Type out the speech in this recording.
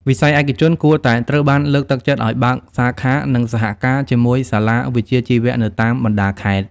វិស័យឯកជនគួរតែត្រូវបានលើកទឹកចិត្តឱ្យបើកសាខានិងសហការជាមួយសាលាវិជ្ជាជីវៈនៅតាមបណ្ដាខេត្ត។